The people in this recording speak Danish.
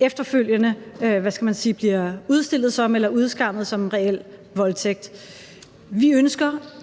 efterfølgende, hvad skal man sige, bliver udstillet som en reel voldtægt. Vi ønsker